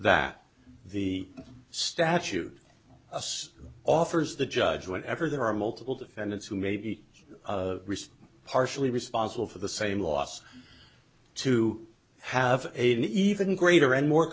that the statute offers the judge whenever there are multiple defendants who may be partially responsible for the same loss to have a even greater and more